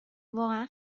واقعا